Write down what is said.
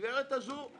הגברת הזו,